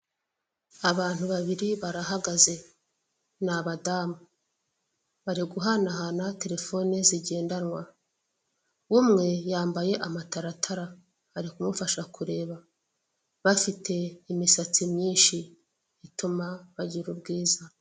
Abantu babiri barahagaze ni abadamu bariguhanahana terefone zigendwana, umwe yambaye amataratara arikumufasha kureba bafite imisatsi myinshi ituma bagira ubwiza.